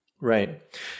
Right